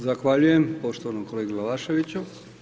Zahvaljujem poštovanom kolegi Glavaševiću.